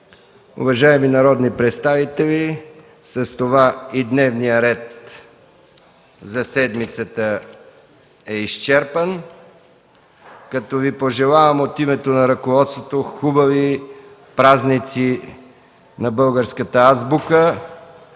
Уважаеми народни представители, с това и дневният ред за седмицата е изчерпан. Пожелавам Ви от името на ръководството хубави празници на българската азбука.